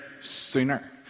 sooner